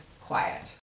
quiet